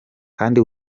kandi